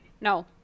no